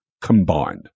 combined